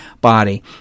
body